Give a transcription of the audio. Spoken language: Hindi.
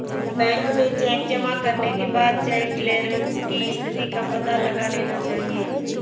बैंक में चेक जमा करने के बाद चेक क्लेअरन्स की स्थिति का पता लगा लेना चाहिए